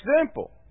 example